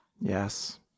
Yes